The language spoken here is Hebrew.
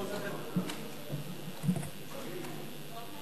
אז למה הוא עזב את הליכוד?